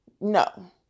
No